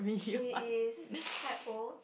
she is quite old